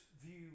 view